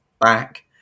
back